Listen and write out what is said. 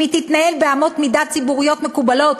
אם הוא יתנהל באמות מידה ציבוריות מקובלות,